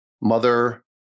mother